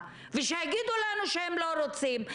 ושיגידו לנו שהם לא רוצים,